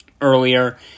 earlier